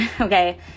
okay